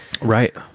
Right